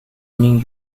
new